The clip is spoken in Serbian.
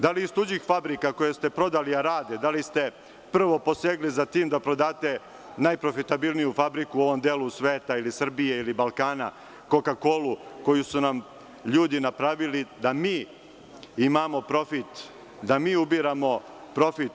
Da li iz tuđih fabrika, koje ste prodali a rade, da li ste prvo posegli za tim da prodate najprofitabilniju fabriku u ovom delu sveta ili Srbije ili Balkana, „Koka-kolu“, koju su nam ljudi napravili da mi imamo profit, da mi ubiramo profit.